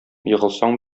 егылсаң